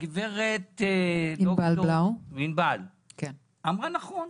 ד"ר ענבל בלאו אמרה נכון: